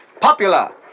Popular